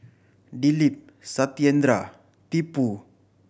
Dilip Satyendra Tipu